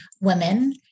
women